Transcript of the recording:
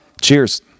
Cheers